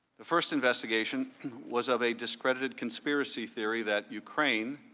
the first investigation was of a discredited conspiracy theory that ukraine,